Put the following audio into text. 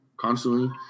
constantly